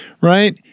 right